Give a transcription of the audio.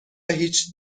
هیچ